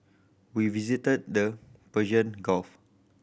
we visited the Persian Gulf